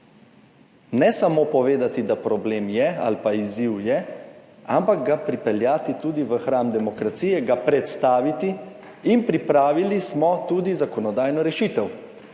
Ne samo povedati, da problem je ali pa izziv je, ampak ga pripeljati tudi v hram demokracije, ga predstaviti. In pripravili smo tudi zakonodajno rešitev.